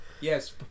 Yes